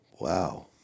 Wow